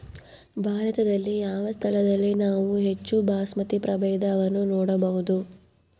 ಭಾರತದಲ್ಲಿ ಯಾವ ಸ್ಥಳದಲ್ಲಿ ನಾವು ಹೆಚ್ಚು ಬಾಸ್ಮತಿ ಪ್ರಭೇದವನ್ನು ನೋಡಬಹುದು?